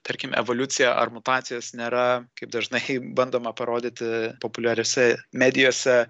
tarkim evoliucija ar mutacijos nėra kaip dažnai bandoma parodyti populiariose medijose